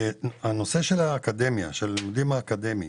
הנושא של האקדמיה, של הלימודים האקדמיים,